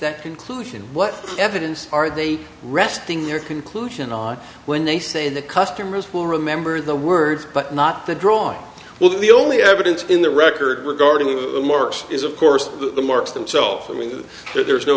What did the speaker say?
that conclusion what evidence are they resting their conclusion on when they say the customers will remember the words but not the drawing well the only evidence in the record regarding the marks is of course the marks themself i mean th